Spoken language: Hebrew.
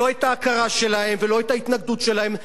לא את ההכרה שלהם ולא את ההתנגדות שלהם.